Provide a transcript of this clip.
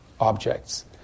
objects